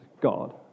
God